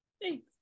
Thanks